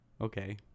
Okay